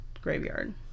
graveyard